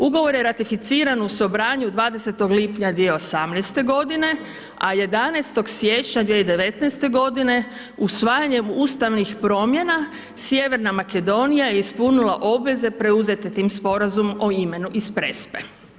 Ugovor je ratificiran u Sobranju 20. lipnja 2018. godine, a 11. siječnja 2019. godine usvajanjem ustavnih promjena Sjeverna Makedonija je ispunila obveze preuzete tim sporazumom o imenu iz Prespe.